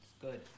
Good